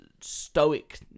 stoic